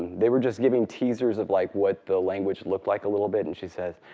they were just giving teasers of like what the language looked like a little bit, and she says,